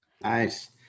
Nice